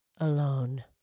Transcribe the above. alone